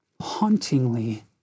Hauntingly